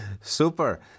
Super